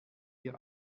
ihr